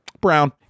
Brown